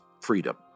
freedom